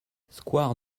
square